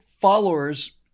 followers